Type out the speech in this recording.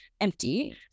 empty